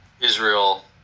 Israel